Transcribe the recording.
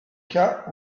cas